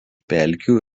pelkių